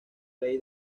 ley